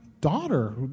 daughter